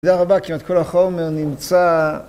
תודה רבה, כמעט כל החומר נמצא...